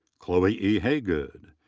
chloe e. haygood.